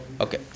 Okay